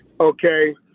okay